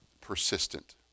persistent